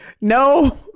No